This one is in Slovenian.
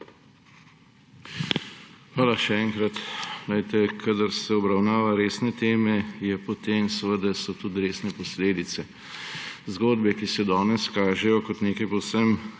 Hvala še enkrat. Kadar se obravnava resne teme, so potem seveda tudi resne posledice. Zgodbe, ki se danes kažejo kot nekaj povsem